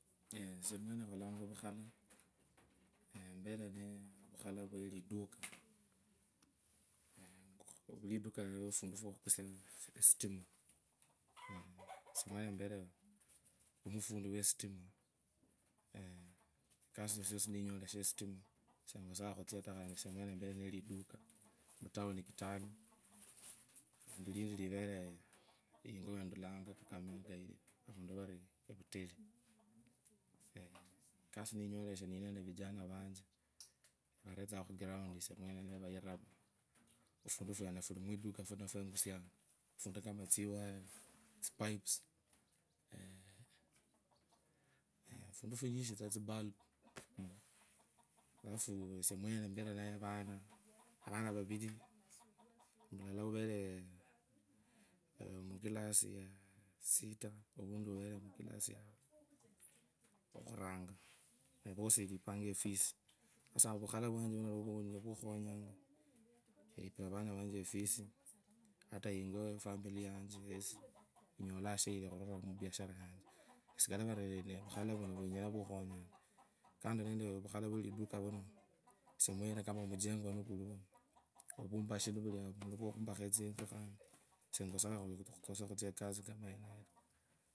esie esamulanga muvukhala empere nee vukhala vyeliduka, liduku lilinofundu fwo khukusia fundu few esitima esie mwene nivere mufundi wositima kasi yusiyusi niyinyoleshe yestima, engusia khutsia taa nivere neliduku mutown kitale, lindi liveree ingo awendulanga avundu varii evutali kazi niyanyoleshe ninende vijana vanje avayirangaa khuground, esie mwene engusianga etsiwire, tsipipes tsibulb esie mwene niveree na vaaana vana vaari, mulala uvere muclass yaaa sita owundi muclass yokhuranga na vosi endipanga efees. Sasa vukhala vunovyo nivyo vukhonyonga endipira avana efees atayingo efamili yanje yesi inyolaa yayilya khururira mubiashara yanje. Sikali vali vukhala vuno vwonyenee vukhonyanga kando nende vukhala vweliduka vuno, esie omwene kama mchenguuu vumbashi nivuli avundu khumbakha etsitsu khandi sengasanga khukosa khutsia ekasi kama yeneyo.